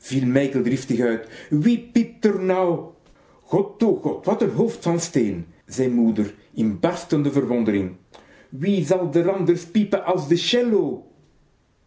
piept r nou gotogot wat n hoofd van steen zei moeder in barstende verwondering wie zal d'r anders piepe as de